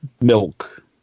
milk